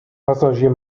passagier